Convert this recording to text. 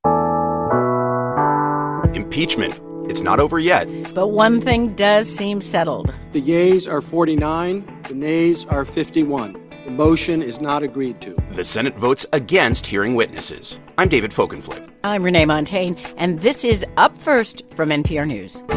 um ah impeachment it's not over yet but one thing does seem settled the yeas are forty nine the nays are fifty one. the motion is not agreed to the senate votes against hearing witnesses. i'm david folkenflik i'm renee montagne. and this is up first from npr news